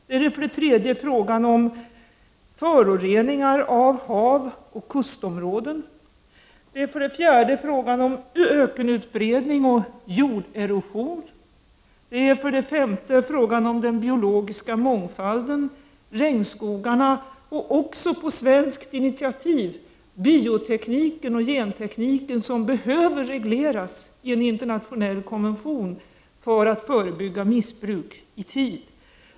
Det är för det tredje frågan om föroreningar av hav och kustområden. Det är för det fjärde frågan om ökenutbredning och jorderosion. Det är för det femte frågan om den biologiska mångfalden, regnskogarna men också på svenskt initiativ biotekniken och gentekniken som behöver regleras i en internationell konvention för att man i tid skall kunna förebygga missbruk.